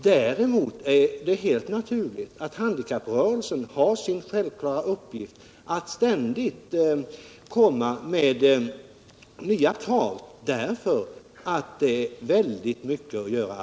Däremot är det helt naturligt att handikapprörelsen ständigt för fram nya krav. Det är dess självklara uppgift, eftersom det alltjämt återstår mycket att göra.